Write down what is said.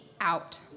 out